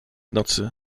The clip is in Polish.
nocy